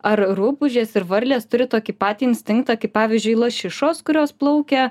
ar rupūžės ir varlės turi tokį patį instinktą kaip pavyzdžiui lašišos kurios plaukia